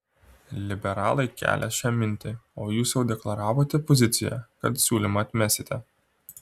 liberalai kelią šią mintį o jūs jau deklaravote poziciją kad siūlymą atmesite